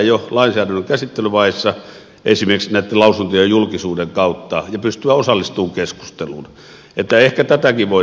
kansalaisten pitäisi jo lainsäädännön käsittelyvaiheessa esimerkiksi näitten lausuntojen julkisuuden kautta pystyä osallistumaan keskusteluun niin että ehkä tätäkin voidaan miettiä